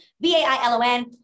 B-A-I-L-O-N